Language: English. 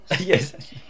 Yes